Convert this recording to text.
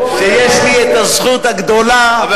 שיש לי הזכות הגדולה, אתה שם, אנחנו פה.